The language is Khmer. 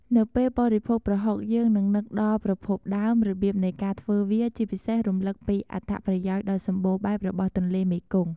នៅពេលបរិភោគប្រហុក យើងនឹងនឹកដល់ប្រភពដើម របៀបនៃការធ្វើវា ជាពិសេស រំលឹកពីអត្ថប្រយោជន៍ដ៏សម្បូរបែបរបស់ទន្លេមេគង្គ។